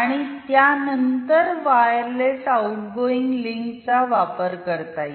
आणि त्यानंतर wireless outgoing लिंकचा वापर करता येईल